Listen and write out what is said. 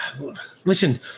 Listen